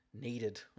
needed